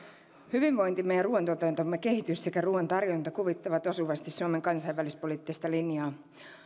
hyvinvointimme ja ruuantuotantomme kehitys sekä ruuan tarjonta kuvittavat osuvasti suomen kansainvälispoliittista linjaa